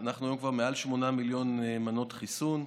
היום כבר מעל 8 מיליון מנות חיסון,